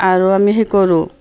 আৰু আমি সেই কৰোঁ